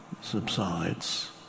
subsides